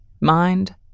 Mind